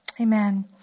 Amen